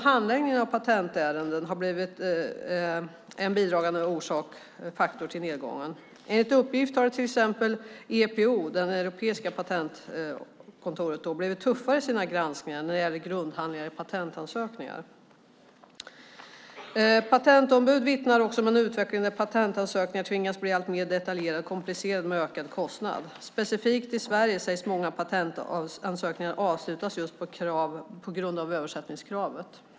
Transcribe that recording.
Handläggningen av patentärenden har också blivit en bidragande orsak till nedgången. Enligt uppgift har till exempel EPO, det europeiska patentkontoret, blivit tuffare i sina granskningar när det gäller grundhandlingarna i patentansökningar. Patentombud vittnar också om en utveckling där patentansökningar tvingas bli alltmer detaljerade och komplicerade, med ökad kostnad som följd. Specifikt i Sverige sägs många patentansökningar avslutas just på grund av översättningskravet.